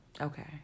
okay